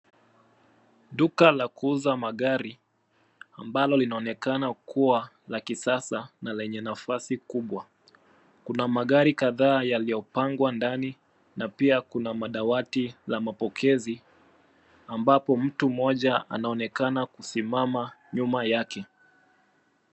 Duka la kuuza magari, ambalo linaonekana kuwa la kisasa na lenye nafasi kubwa. Kuna magari kadhaa yaliyopangwa ndani ,na pia Kuna madawati la mapokezi ambapo mtu mmoja anaonekana kusimama nyuma yake.